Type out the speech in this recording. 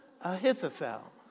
Ahithophel